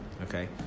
Okay